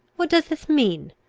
what does this mean?